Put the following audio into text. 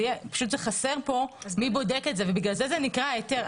חסר כאן מי בודק את זה ולכן זה נקרא היתר.